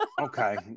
Okay